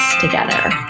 together